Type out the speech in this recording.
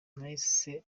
nahise